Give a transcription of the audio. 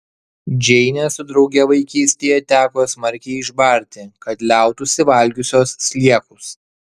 džeinę su drauge vaikystėje teko smarkiai išbarti kad liautųsi valgiusios sliekus